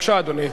בבקשה, אדוני.